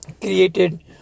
created